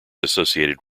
associated